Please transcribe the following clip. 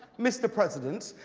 mr. president.